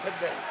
today